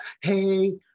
Hey